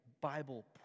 Bible